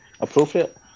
appropriate